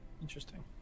Interesting